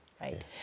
right